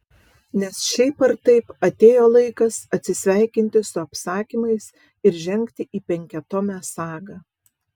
nes šiaip ar taip atėjo laikas atsisveikinti su apsakymais ir žengti į penkiatomę sagą